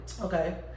Okay